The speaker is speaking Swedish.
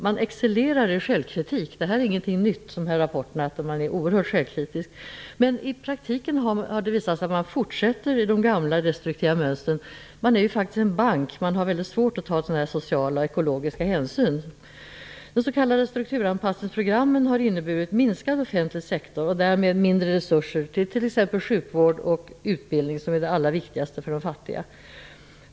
Man excellerar i självkritik. Det är inget nytt att man är oerhört självkritiskt i rapporterna. I praktiken har det visat sig att man fortsätter i de gamla destruktiva mönstren. Det är faktiskt en bank, och man har mycket svårt att ta sociala och ekologiska hänsyn. De s.k. strukturanpassningsprogrammen har inneburit en minskad offentlig sektor och därmed mindre resurser till exempelvis sjukvård och utbildning, vilket är det allra viktigaste för de fattiga.